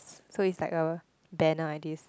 so it's like a banner like this